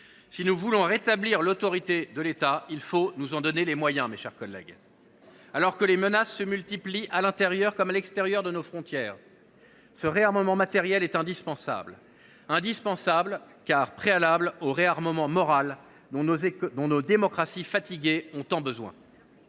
Si nous voulons rétablir l’autorité de l’État, il faut nous en donner les moyens. Alors que les menaces se multiplient, à l’intérieur comme à l’extérieur de nos frontières, ce réarmement matériel est indispensable, car c’est un préalable au réarmement moral dont nos démocraties fatiguées ont tant besoin.